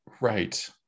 Right